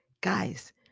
Guys